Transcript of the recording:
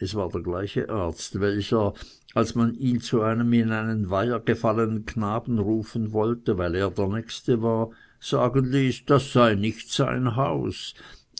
es war der gleiche arzt welcher als man ihn zu einem in einen weiher gefallenen knaben rufen wollte weil er der nächste war sagen ließ das sei nicht sein haus